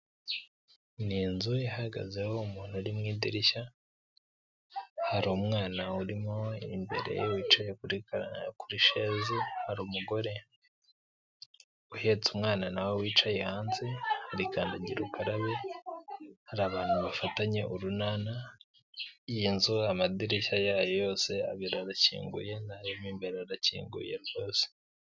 Ni inzu ihagazeho umuntu uri mu idirishya, hari umwana urimo imbere wicaye kuri kuri shezi, hari umugore uhetse umwana na we wicaye hanze kuri kandagira ukarabe, hari abantu bafatanye urunana, iyi nzu amadirishya yayo yose abiri arakinguye n'ayo mo imbere arakinguye rwose.